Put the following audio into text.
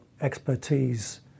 expertise